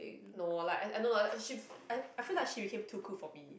no like I I don't know she I I feel like she became too cool for me